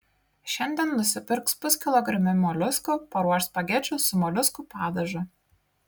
šiandien nusipirks puskilogramį moliuskų paruoš spagečių su moliuskų padažu